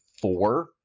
four